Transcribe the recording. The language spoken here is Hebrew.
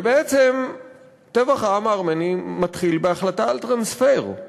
ובעצם טבח העם הארמני מתחיל בהחלטה על טרנספר.